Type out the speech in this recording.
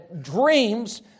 dreams